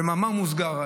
במאמר מוסגר,